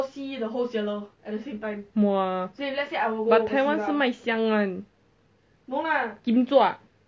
!huh! so they already prepare to buy house without a boyfriend okay lah